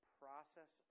process